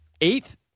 eighth